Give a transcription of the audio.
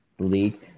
league